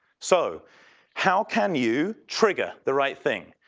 so how can you trigger the right thing?